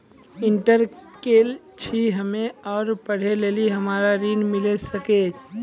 Inter केल छी हम्मे और पढ़े लेली हमरा ऋण मिल सकाई?